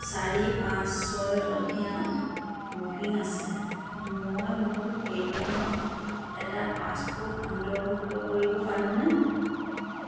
চাৰি পাঁচ ছয়ৰ অধীনত বুকিং আছে মই মোৰ কেৰী অনত এটা পাছপোৰ্ট অন্তৰ্ভুক্ত কৰিব পাৰোঁনে